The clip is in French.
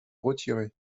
retirer